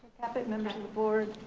members of board